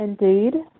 Indeed